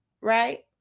Right